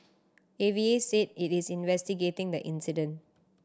A V A said it is investigating the incident